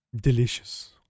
Delicious